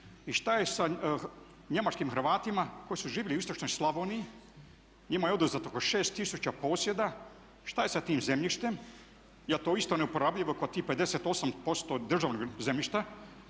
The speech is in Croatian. i šta je sa njemačkim hrvatima koji su živjeli u istočnoj Slavoniji? Njima je oduzeto oko 6 tisuća posjeda, šta je sa tim zemljištem? Je li to isto neuporabljivo kao tih 58% državnog zemljišta